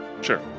Sure